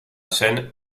scène